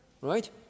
right